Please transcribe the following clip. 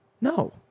No